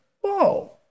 Whoa